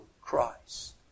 Christ